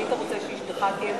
היית רוצה שאשתך תהיה פונדקאית?